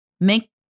make